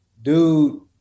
Dude